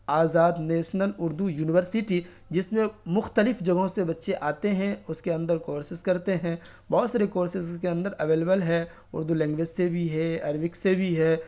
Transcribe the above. آزاد national Urdu university جس میں مختلف جگہوں سے بچے آتے ہیں اس کے اندر کورسز کرتے ہیں بہت ساری کورسز اس کے اندر اویلیبل ہے اردو لینگویج سے بھی ہے عربک سے بھی ہے